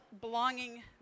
belonging